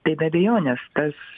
tai be abejonės tas